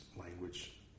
language